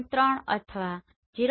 3 થવા 0